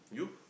you